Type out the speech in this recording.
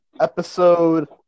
episode